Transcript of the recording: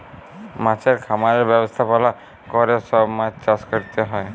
মাছের খামারের ব্যবস্থাপলা ক্যরে সব মাছ চাষ ক্যরতে হ্যয়